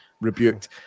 rebuked